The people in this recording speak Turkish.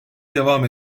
devam